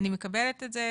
ואני מקבלת את זה,